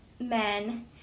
men